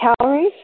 calories